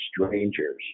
strangers